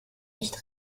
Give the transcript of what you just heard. nicht